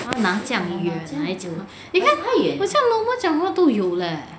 !huh! 拿这样远拿来讲你看我这样 normal 讲话都有诶